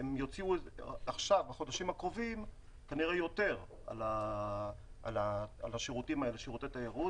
בחודשים הקרובים כנראה יוציאו יותר על שירותי תיירות,